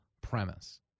premise